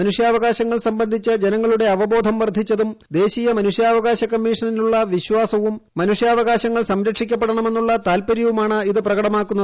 മനുഷ്യാവകാശങ്ങൾ സംബന്ധിച്ച് ജനങ്ങളുടെ അവബോധം വർദ്ധിച്ചതും ദേശീയ മനുഷ്യാവകാശ കമ്മിഷനിലുള്ള വിശ്ചാസവും മനുഷ്യാവകാശങ്ങൾ സംരക്ഷിക്കപ്പെടണമെന്നുള്ള താത്പര്യവുമാണ് ഇത് പ്രകടമാക്കുന്നത്